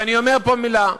ואני אומר פה מילה,